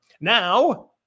Now